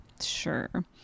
sure